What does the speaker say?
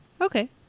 okay